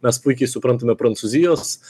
mes puikiai suprantame prancūzijos